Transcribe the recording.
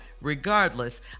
regardless